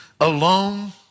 alone